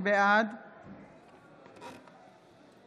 בעד